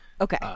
Okay